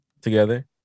together